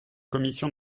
commission